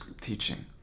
teaching